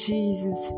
Jesus